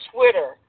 Twitter